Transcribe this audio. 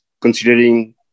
considering